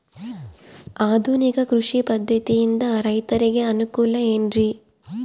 ಆಧುನಿಕ ಕೃಷಿ ಪದ್ಧತಿಯಿಂದ ರೈತರಿಗೆ ಅನುಕೂಲ ಏನ್ರಿ?